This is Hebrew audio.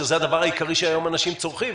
שזה הדבר העיקרי שהיום אנשים צורכים,